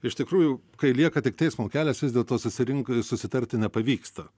iš tikrųjų kai lieka tik teismo kelias vis dėlto susirin susitarti nepavyksta